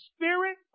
Spirit